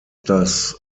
das